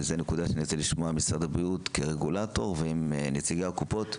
וזו נקודה שאני ארצה לשמוע ממשרד הבריאות כרגולטור ונציגי הקופות,